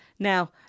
Now